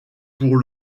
pour